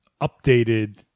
updated